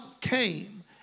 came